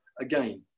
again